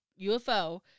UFO